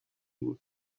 بود